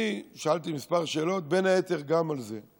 אני שאלתי כמה שאלות, בין היתר גם על זה.